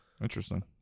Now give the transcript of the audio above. interesting